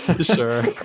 Sure